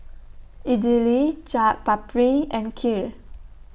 Idili Chaat Papri and Kheer